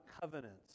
covenants